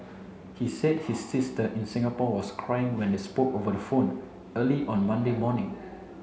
he said his sister in Singapore was crying when they spoke over the phone early on Monday morning